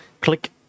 Click